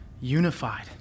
unified